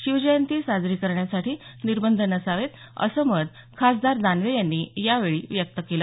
शिवजयंती साजरी करण्यासाठी निर्बंध नसावेत असं मत खासदार दानवे यांनी यावेळी व्यक्त केलं